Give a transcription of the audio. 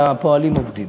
והפועלים עובדים.